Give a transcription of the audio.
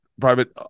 private